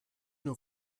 nur